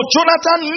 Jonathan